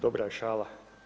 Dobra je šala.